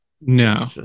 no